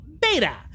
Beta